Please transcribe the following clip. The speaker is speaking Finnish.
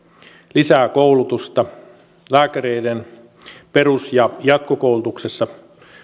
lisää koulutusta lääkäreiden perus ja jatkokoulutuksessa